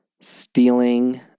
stealing